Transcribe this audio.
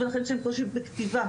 יש להם קושי בכתיבה,